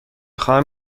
خواهم